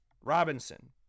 Robinson